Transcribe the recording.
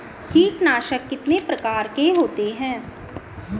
कीटनाशक कितने प्रकार के होते हैं?